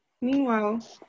meanwhile